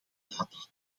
daad